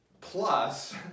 Plus